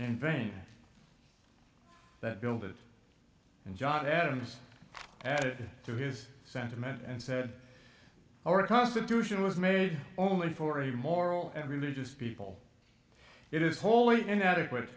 in vain that build it and john adams added to his sentiment and said our constitution was made only for a moral and religious people it is wholly inadequate